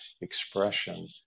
expression